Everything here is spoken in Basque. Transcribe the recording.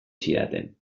zidaten